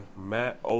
Matt